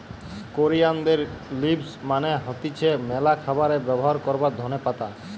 কোরিয়ানদের লিভস মানে হতিছে ম্যালা খাবারে ব্যবহার করবার ধোনে পাতা